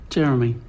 Jeremy